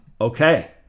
Okay